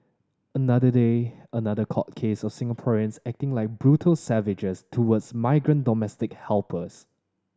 another day another court case of Singaporeans acting like brutal savages towards migrant domestic helpers